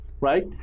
right